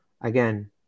again